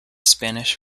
spanish